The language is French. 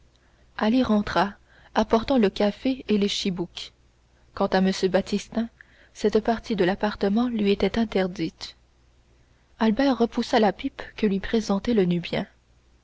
ali rentra apportant le café et les chibouques quant à m baptistin cette partie de l'appartement lui était interdite albert repoussa la pipe que lui présentait le